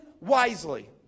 wisely